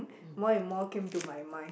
more and more came to my mind